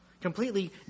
completely